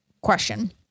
question